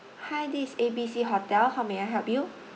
hi this is A B C hotel how may I help you